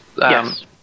yes